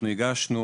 אנחנו הגשנו